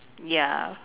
ya